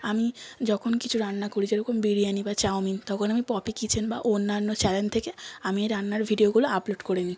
আমি যখন কিছু রান্না করি যেরকম বিরিয়ানি বা চাউমিন তখন আমি পপি কিচেন বা অন্যান্য চ্যানেল থেকে আমি এই রান্নার ভিডিওগুলো আপলোড করে নিই